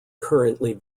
currently